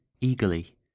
eagerly